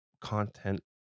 Content